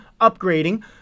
upgrading